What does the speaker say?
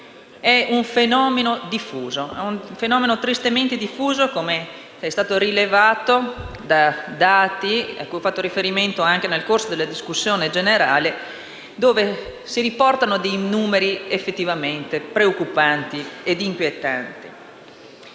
o dell'organo politico è un fenomeno tristemente diffuso, com'è stato rilevato da dati cui ho fatto riferimento nel corso della discussione generale, che riportano numeri effettivamente preoccupanti e inquietanti.